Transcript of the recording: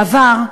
בעבר,